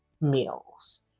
meals